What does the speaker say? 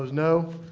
no.